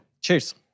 cheers